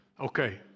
Okay